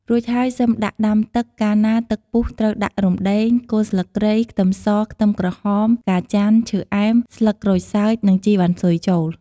រួចហើយសិមដាក់ដាំទឹក កាលណាទឹកពុះត្រូវដាក់រំដេង គល់ស្លឹកគ្រៃ ខ្ទឹមស ខ្ទឹមក្រហម ផ្កាចន្ទន៍ ឈើអែម ស្លឹកក្រូចសើច និង ជីវ៉ាន់ស៊ុយចូល។